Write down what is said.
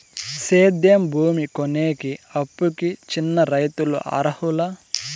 సేద్యం భూమి కొనేకి, అప్పుకి చిన్న రైతులు అర్హులా?